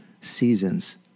seasons